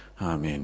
Amen